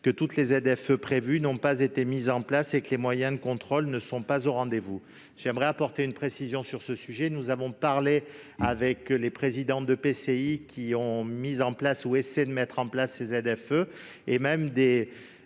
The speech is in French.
que toutes les ZFE-m prévues n'ont pas été mises en place et que les moyens de contrôle ne sont pas au rendez-vous. Permettez-moi d'apporter une précision sur ce point. Nous avons discuté avec les présidents d'EPCI qui ont mis en place ou essayé de mettre en place des ZFE. Certaines